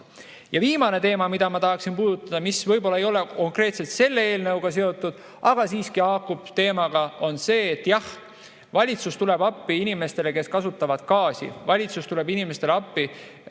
Ja viimane teema, mida ma tahaksin puudutada, mis võib-olla ei ole konkreetselt selle eelnõuga seotud, aga siiski haakub teemaga, on see, et jah, valitsus tuleb appi inimestele, kes kasutavad gaasi, valitsus tuleb inimestele appi,